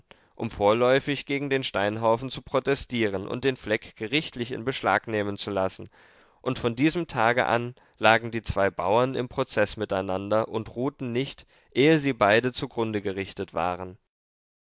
um vorläufig gegen den steinhaufen zu protestieren und den fleck gerichtlich in beschlag nehmen zu lassen und von diesem tage an lagen die zwei bauern im prozeß miteinander und ruhten nicht ehe sie beide zugrunde gerichtet waren